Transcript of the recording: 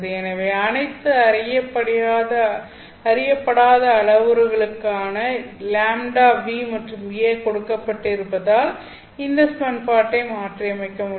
எனவே அனைத்து அறியப்படாத அளவுரு களான λV மற்றும் a கொடுக்கப்பட்டிருப்பதால் இந்த சமன்பாட்டை மாற்றியமைக்க முடியும்